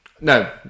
no